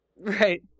Right